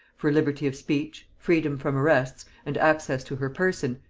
for liberty of speech, freedom from arrests, and access to her person,